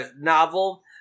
novel